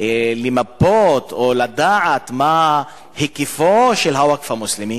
למפות או לדעת מה היקפו של הווקף המוסלמי,